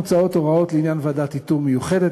מוצעות הוראות לעניין ועדת איתור מיוחדת